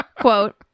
Quote